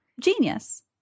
Genius